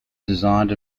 designed